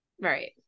Right